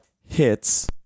Hits